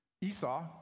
Esau